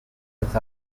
with